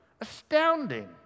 astounding